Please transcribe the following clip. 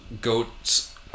goats